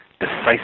decisive